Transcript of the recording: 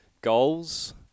goals